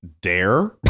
Dare